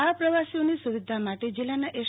આ પ્રવાસીઓની સુવિધા માટે જિલ્લાના એસ